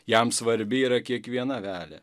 jam svarbi yra kiekviena avelė